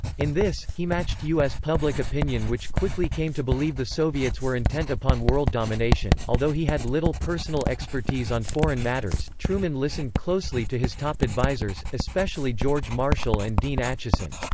in this, he matched u s. public opinion which quickly came to believe the soviets were intent upon world domination although he had little personal expertise on foreign matters, truman listened closely to his top advisors, especially george marshall and dean acheson.